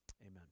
Amen